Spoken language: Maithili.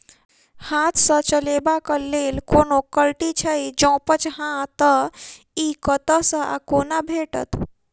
हाथ सऽ चलेबाक लेल कोनों कल्टी छै, जौंपच हाँ तऽ, इ कतह सऽ आ कोना भेटत?